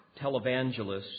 televangelists